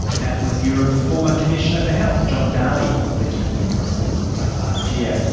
that was europe's former commissioner for health john dalli, speaking in brussels late last year.